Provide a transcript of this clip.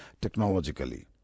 technologically